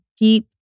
deep